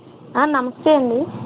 నమస్తే అండి